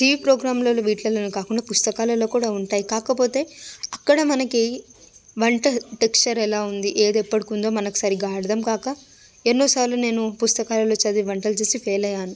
TV ప్రోగ్రాంలలో వీటిలోనే కాకుండా పుస్తకాలలో కూడా ఉంటాయి కాకపోతే అక్కడ మనకి వంట టెక్స్చర్ ఎలా ఉంది ఏది ఎప్పటికి ఉందో మనకి సరిగా అర్థం కాక ఎన్నోసార్లు నేను పుస్తకాలలో చదివి వంటలు చేసి ఫెయిల్ అయ్యాను